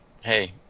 hey